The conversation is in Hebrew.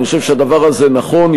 אני חושב שהדבר הזה נכון.